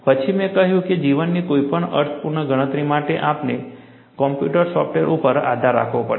પછી મેં કહ્યું કે જીવનની કોઈપણ અર્થપૂર્ણ ગણતરી માટે તમારે કમ્પ્યુટર સોફ્ટવેર ઉપર આધાર રાખવો પડશે